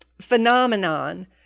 phenomenon